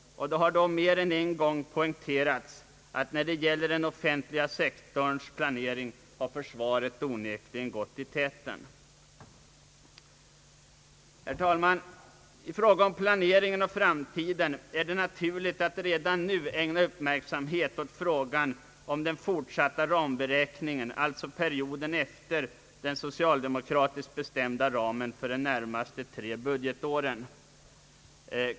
Mer än en gång har man poängterat att när det gäller den offentliga sektorns planering har försvaret onekligen gått i täten. Herr talman! I fråga om planeringen och framtiden är det naturligt att redan nu ägna uppmärksamhet åt den fortsatta ramberäkningen, alltså för perioden efter den av socialdemokraterna bestämda ramen för de närmaste tre budgetåren.